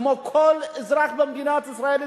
כמו כל אזרח במדינת ישראל,